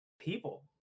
people